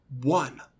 one